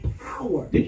power